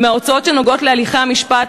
ההוצאות שנוגעות להליכי המשפט,